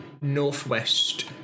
northwest